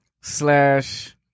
slash